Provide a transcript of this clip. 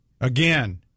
Again